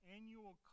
Annual